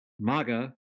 MAGA